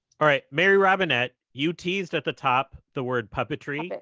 right. mary robinette, you teased at the top the word puppetry. but